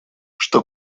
что